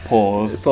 Pause